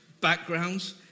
backgrounds